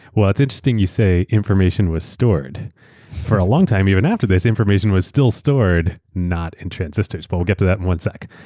it's interesting. you say information was stored for a long time. even after this, information was still stored, not in transistors, but we'll get to that one sec.